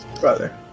Brother